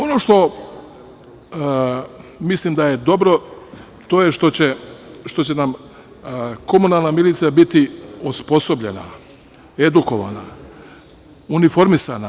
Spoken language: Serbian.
Ono što mislim da je dobro, to je što će nam komunalna milicija biti osposobljena, edukovana, uniformisana.